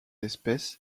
espèce